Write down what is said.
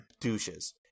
douches